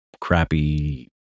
crappy